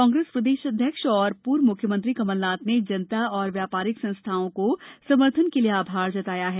कांग्रेस प्रदेश अध्यक्ष और पूर्व सीएम कमलनाथ ने जनता और व्यापारिक संस्थाओं को समर्थन के लिए आभार जताया है